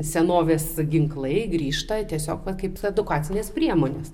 senovės ginklai grįžta tiesiog vat kaip edukacinės priemonės